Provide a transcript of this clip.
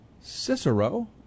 Cicero